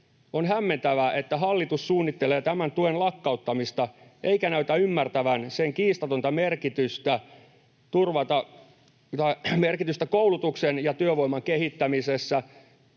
On hämmentävää, että hallitus suunnittelee tämän tuen lakkauttamista eikä näytä ymmärtävän sen kiistatonta merkitystä koulutuksen ja työvoiman kehittämisessä.